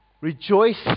Rejoice